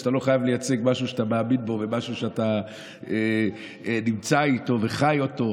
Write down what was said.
שאתה לא חייב לייצג משהו שאתה מאמין בו ומשהו שאתה נמצא איתו וחי אותו,